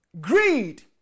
Greed